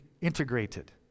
integrated